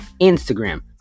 Instagram